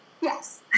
Yes